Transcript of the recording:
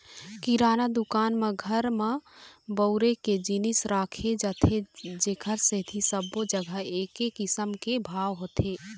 किराना दुकान म घर म बउरे के जिनिस राखे जाथे जेखर सेती सब्बो जघा एके किसम के भाव होथे